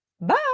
bye